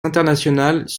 internationales